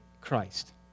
Christ